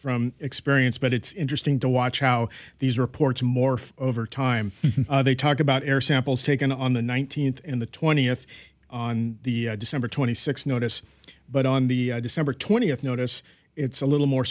from experience but it's interesting to watch how these reports morph over time they talk about air samples taken on the nineteenth and the twentieth on the december twenty sixth notice but on the december twentieth notice it's a little more